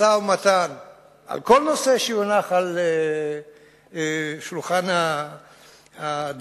משא-ומתן על כל נושא שיונח על שולחן הדיונים.